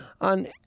on